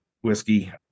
whiskey